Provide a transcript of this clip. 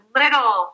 little